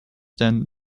then